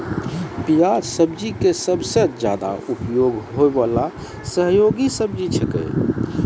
प्याज सब्जी के सबसॅ ज्यादा उपयोग होय वाला सहयोगी सब्जी छेकै